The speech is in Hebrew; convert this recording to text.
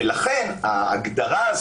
ולכן כבר בוטל